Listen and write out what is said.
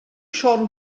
siôn